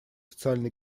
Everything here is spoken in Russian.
социально